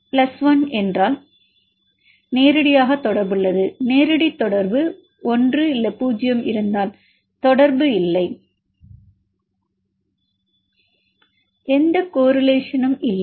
1 1 என்றால் மாணவர் நேரடியாக தொடர்புள்ளது நேரடி தொடர்பு 1 0 இருந்தால் மாணவர் தொடர்பு இல்லை எந்த கோரிலேஷன் உம் இல்லை